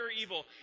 evil